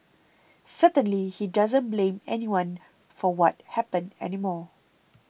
certainly he doesn't blame anyone for what happened anymore